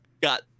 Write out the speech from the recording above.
got